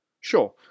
Sure